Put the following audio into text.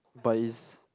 but is